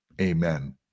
Amen